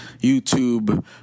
YouTube